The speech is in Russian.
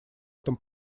этом